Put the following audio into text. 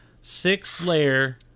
Six-layer